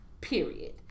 Period